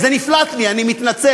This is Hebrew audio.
זה נפלט לי, אני מתנצל.